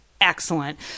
excellent